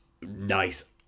nice